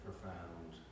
Profound